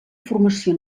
formació